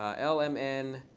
ah l, m, n.